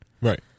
Right